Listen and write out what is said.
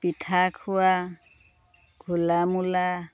পিঠা খোৱা ঘোলা মূলা